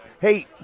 Hey